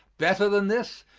better than this,